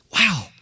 Wow